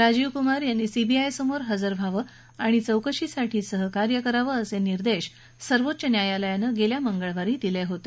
राजीव कुमार यांनी सीबीआय समोर हजर व्हावं आणि चौकशीसाठी सहकार्य करावं असे निर्देश सर्वोच्च न्यायालयानं गेल्या मंगळवारी दिले होते